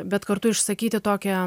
bet kartu išsakyti tokią